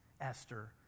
Esther